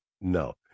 no